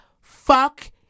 Fuck